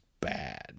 bad